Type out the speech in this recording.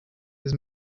his